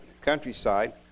countryside